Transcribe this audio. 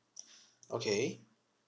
okay